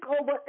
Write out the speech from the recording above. over